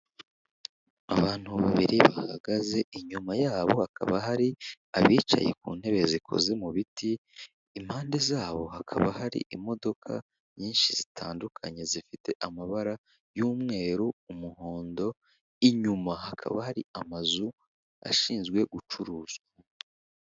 Abantu babiri bahagaze inyuma yabo hakaba hari abicaye ku ntebe zikoze mu biti impande zabo hakaba hari imodoka nyinshi zitandukanye zifite amabara y'umweru umuhondo inyuma hakaba hari amazu ashinzwe gucuruza.